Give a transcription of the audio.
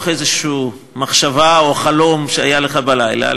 איזה מחשבה או חלום שהיה לך בלילה,